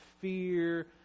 fear